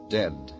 dead